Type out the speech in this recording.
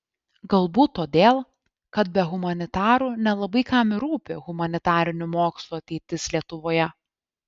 galbūt todėl kad be humanitarų nelabai kam ir rūpi humanitarinių mokslų ateitis lietuvoje